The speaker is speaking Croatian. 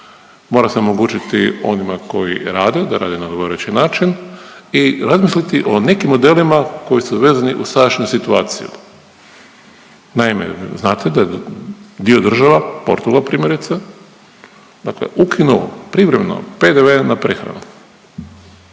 Mora se omogućiti onima koji rade da rade na odgovarajući način i razmisliti o nekim modelima koji su vezani uz sadašnju situaciju. Naime, znate da je dio država Portugal primjerice, dakle ukinuo privremeno PDV na prehranu.